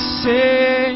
say